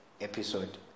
episode